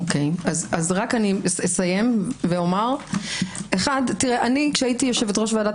אסיים ואומר - כשהייתי יושבת-ראש ועדת